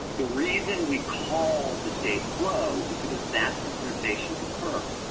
the reason we call the state flow is because that's the sensation conferred.